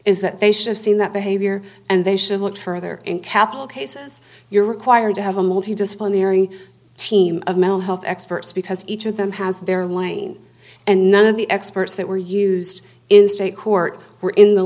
is that they should've seen that behavior and they should look further in capital cases you're required to have a multi disciplinary team of mental health experts because each of them has their lane and none of the experts that were used in state court were in the